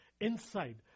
Inside